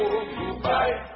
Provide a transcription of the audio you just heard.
goodbye